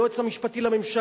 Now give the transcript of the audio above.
היועץ המשפטי לממשלה,